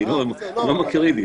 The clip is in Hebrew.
אני לא מכיר יידיש.